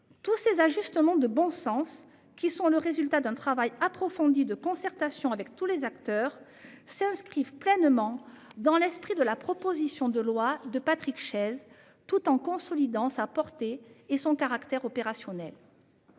tous ces ajustements de bon sens, qui résultent d'un travail approfondi de concertation avec tous les acteurs, s'inscrivent pleinement dans l'esprit du texte présenté par Patrick Chaize tout en consolidant sa portée et son caractère opérationnel.